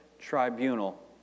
tribunal